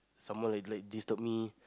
someone like like disturb me